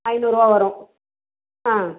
ஐநூறுபா வரும் ஆ